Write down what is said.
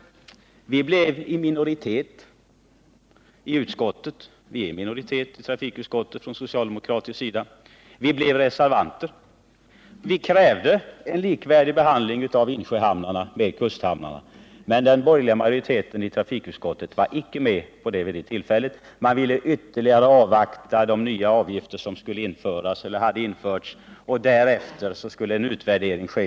Vi socialdemokrater är i minoritet i trafikutskottet. Vi reserverade oss. Vi krävde en behandling av insjöhamnarna likvärdig den som gäller för kusthamnarna. Men den borgerliga majoriteten i trafikutskottet var vid det tillfället icke med på det. Man ville ytterligare avvakta resultatet av de nya avgifter som hade införts, och därefter skulle en utvärdering ske.